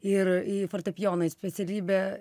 ir į fortepijoną į specialybę